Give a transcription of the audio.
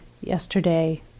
yesterday